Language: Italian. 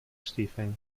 stephen